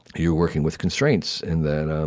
you're working with constraints and that